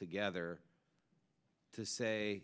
together to say